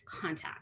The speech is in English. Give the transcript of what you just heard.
contact